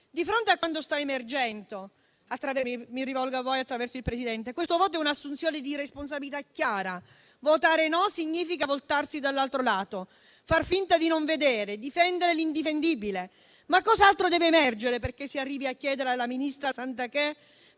di fronte a quanto sta emergendo, questo voto è un'assunzione di responsabilità chiara: votare no significa voltarsi dall'altro lato, far finta di non vedere, difendere l'indifendibile; ma cos'altro deve emergere perché si arrivi a chiedere alla ministra Garnero